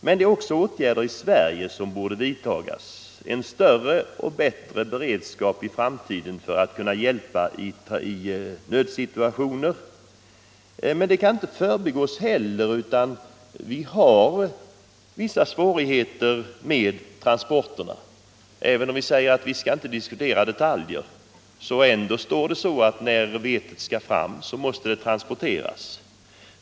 Men det finns även åtgärder i Sverige som borde vidtas för att vi skall uppnå en större och bättre beredskap för framtiden för att kunna hjälpa i nödsituationer. Vi har t.ex. vissa svårigheter med transporterna. Även om vi säger att vi inte skall diskutera detaljer kommer vi inte ifrån det faktum att vetet måste transporteras.